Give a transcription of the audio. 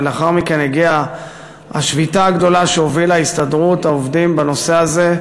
ולאחר מכן הגיעה השביתה הגדולה שהובילה הסתדרות העובדים בנושא הזה,